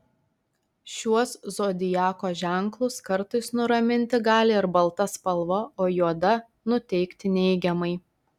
šiuos zodiako ženklus kartais nuraminti gali ir balta spalva o juoda nuteikti neigiamai